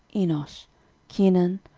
enosh kenan,